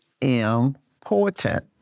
important